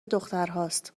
دخترهاست